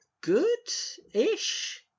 good-ish